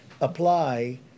apply